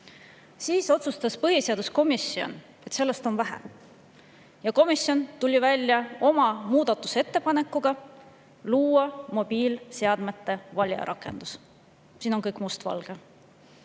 Siis otsustas põhiseaduskomisjon, et sellest on vähe, ja komisjon tuli välja oma muudatusettepanekuga luua mobiilseadmete valijarakendus. Siin on kõik mustvalge.